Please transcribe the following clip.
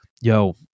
yo